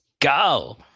go